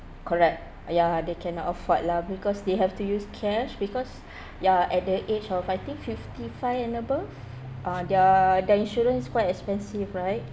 correct ya they cannot afford lah because they have to use cash because ya at the age of I think fifty five and above uh their their insurance quite expensive right